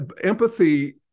Empathy